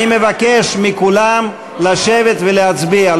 אני מבקש מכולם לשבת ולהצביע,